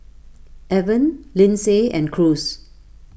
Evan Lindsay and Cruz